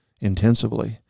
intensively